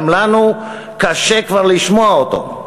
גם לנו קשה כבר לשמוע אותו.